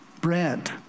bread